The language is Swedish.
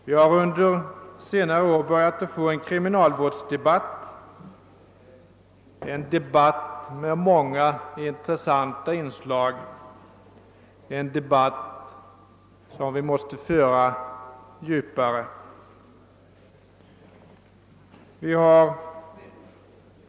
Vi har under senare år börjat få en kriminalvårdsdebatt, en debatt med många intressanta inslag, en debatt som vi måste föra djupare.